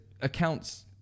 accounts